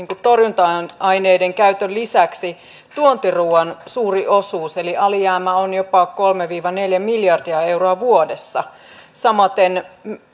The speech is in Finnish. torjunta aineiden käytön lisäksi tuontiruuan suuri osuus eli alijäämä on jopa kolme viiva neljä miljardia euroa vuodessa samaten